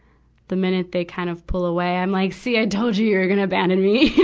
the minute they kind of pull away, i'm like, see! i told you you were gonna abandon me, you